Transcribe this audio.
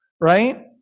Right